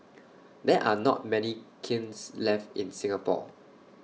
there are not many kilns left in Singapore